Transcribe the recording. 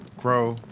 grow,